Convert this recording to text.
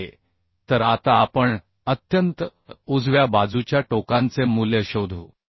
ठीक आहे तर आता आपण अत्यंत उजव्या बाजूच्या टोकांचे मूल्य शोधू